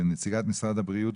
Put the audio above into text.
נציגת משרד הבריאות,